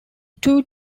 two